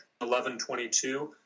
1122